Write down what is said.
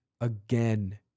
again